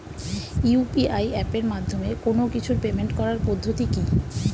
UPI এপের মাধ্যমে কোন কিছুর পেমেন্ট করার পদ্ধতি কি?